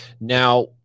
now